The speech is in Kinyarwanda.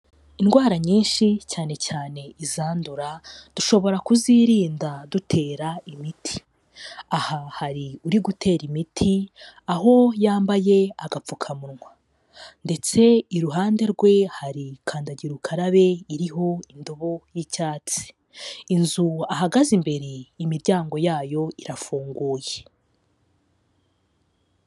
Indwara nyinshi cyane cyane izandura, dushobora kuzirinda dutera imiti, aha hari uri gutera imiti aho yambaye agapfukamunwa ndetse iruhande rwe hari kandagira ukarabe iriho indobo y'icyatsi, inzu ahagaze imbere imiryango yayo irafunguye.